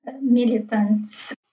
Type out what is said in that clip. militants